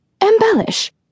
Embellish